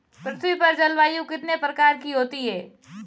पृथ्वी पर जलवायु कितने प्रकार की होती है?